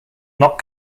not